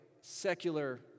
secular